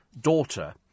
daughter